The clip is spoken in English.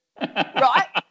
right